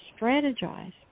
strategize